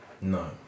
No